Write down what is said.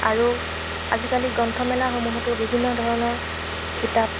আৰু আজিকালি গ্ৰন্থমেলাসমূহতো বিভিন্ন ধৰণৰ কিতাপ